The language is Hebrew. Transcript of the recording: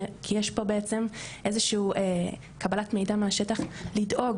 כי יש פה בעצם איזשהו קבלת מידע מהשטח לדאוג